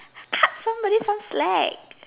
cut somebody some slack